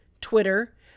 Twitter